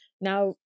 now